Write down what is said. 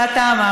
זה אתה אמרת.